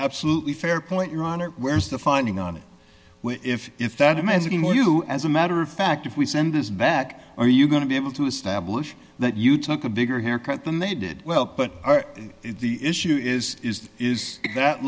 absolutely fair point your honor where's the finding on it if if that i'm as any more you as a matter of fact if we send this back are you going to be able to establish that you took a bigger haircut than they did well but the issue is is that